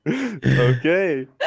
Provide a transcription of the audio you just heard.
Okay